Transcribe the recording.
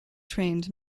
trained